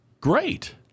great